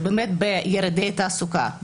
בירידי תעסוקה,